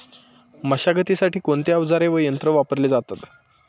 मशागतीसाठी कोणते अवजारे व यंत्र वापरले जातात?